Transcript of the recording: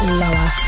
lower